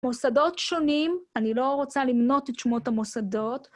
מוסדות שונים, אני לא רוצה למנות את שמות המוסדות.